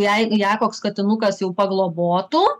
jei ją koks katinukas jau paglobotų